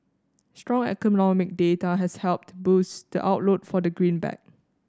strong economic data has helped boost the outlook for the greenback